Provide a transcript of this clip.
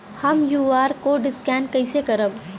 हम QR code scan कइसे करब?